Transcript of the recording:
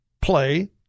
play